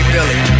Billy